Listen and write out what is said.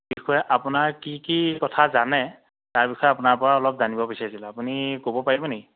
বিষয়ে আপোনাৰ কি কি কথা জানে তাৰ বিষয়ে আপোনাৰপৰা অলপ জানিবলৈ বিচাৰিছিলোঁ আপুনি ক'ব পাৰিব নেকি